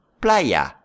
Playa